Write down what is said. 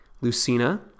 Lucina